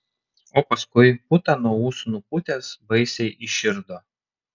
o paskui putą nuo ūsų nupūtęs baisiai įširdo